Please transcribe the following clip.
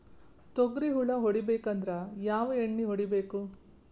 ತೊಗ್ರಿ ಹುಳ ಹೊಡಿಬೇಕಂದ್ರ ಯಾವ್ ಎಣ್ಣಿ ಹೊಡಿಬೇಕು?